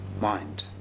mind